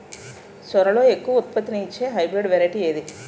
సోరలో ఎక్కువ ఉత్పత్తిని ఇచే హైబ్రిడ్ వెరైటీ ఏంటి?